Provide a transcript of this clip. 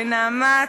ל"נעמת",